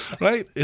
right